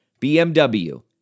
BMW